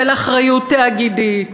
של אחריות תאגידית.